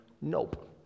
nope